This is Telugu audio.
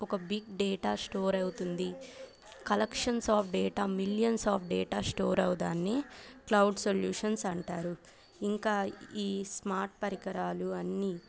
ఒక బిగ్ డేటా స్టోర్ అవుతుంది collections of data millions of data store అవ్వడాన్ని క్లౌడ్ సొల్యూషన్స్ అంటారు ఇంకా ఈ స్మార్ట్ పరికరాలు అన్నీ